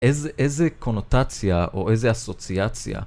איזה קונוטציה או איזה אסוציאציה?